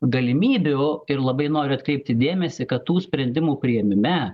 galimybių ir labai noriu atkreipti dėmesį kad tų sprendimų priėmime